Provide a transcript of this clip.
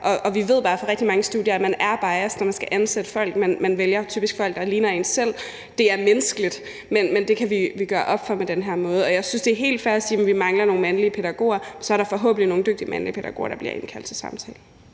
Vi ved bare fra rigtig mange studier, at man er biased, når man skal ansætte folk. Man vælger typisk folk, der ligner en selv. Det er menneskeligt, men det kan vi gøre op med på den her måde. Jeg synes, det er helt fair at sige, at man mangler nogle mandlige pædagoger, men så er der forhåbentlig nogle dygtige mandlige pædagoger, der bliver indkaldt til samtale.